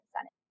Senate